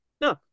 No